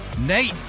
Nate